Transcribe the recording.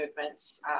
movements